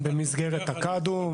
במסגרת "תקאדום",